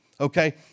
okay